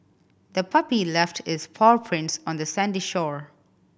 the puppy left its paw prints on the sandy shore